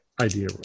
Idea